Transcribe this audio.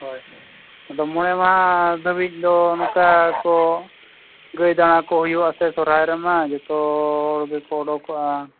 ᱦᱳᱭ ᱟᱫᱚ ᱢᱚᱬᱮ ᱢᱟᱦᱟ ᱫᱷᱟᱹᱵᱤᱡ ᱫᱚ ᱱᱚᱝᱠᱟ ᱠᱚ ᱜᱟᱹᱭ ᱫᱟᱬᱟ ᱠᱚ ᱦᱩᱭᱩᱜᱼᱟ ᱥᱮ ᱥᱚᱦᱚᱨᱟᱭ ᱨᱮᱢᱟ ᱡᱚᱛᱚ ᱜᱮᱠᱚ ᱩᱰᱩᱠᱚᱜᱼᱟ